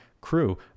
crew